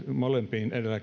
molempiin edellä